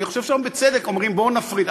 אני חושב שהיום בצדק אומרים: בואו נפריד,